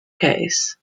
case